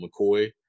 McCoy